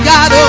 God